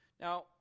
Now